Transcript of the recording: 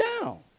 down